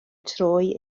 troi